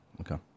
Okay